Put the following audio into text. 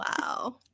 Wow